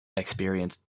experience